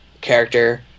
character